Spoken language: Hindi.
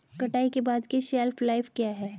कटाई के बाद की शेल्फ लाइफ क्या है?